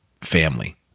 family